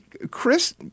Chris